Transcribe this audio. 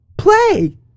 Play